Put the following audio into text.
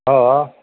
हो